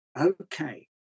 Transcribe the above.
okay